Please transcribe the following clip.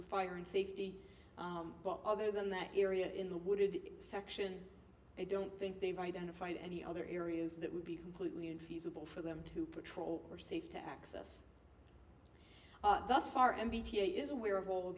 with fire and safety but other than that area in the wooded section i don't think they've identified any other areas that would be completely unfeasible for them to patrol or safe to access thus far and bta is aware of all